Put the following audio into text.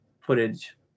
footage